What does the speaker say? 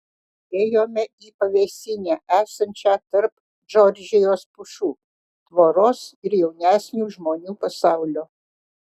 ėjome į pavėsinę esančią tarp džordžijos pušų tvoros ir jaunesnių žmonių pasaulio